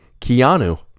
Keanu